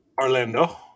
Orlando